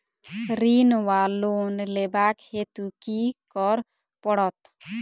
ऋण वा लोन लेबाक हेतु की करऽ पड़त?